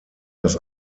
das